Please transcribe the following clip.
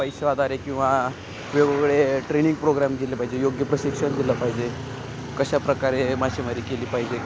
पैशाद्वारे किंवा वेगवेगळे training programme दिले पाहिजे योग्य प्रशिक्षण दिलं पाहिजे कशाप्रकारे मासेमारी केली पाहिजे